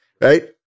right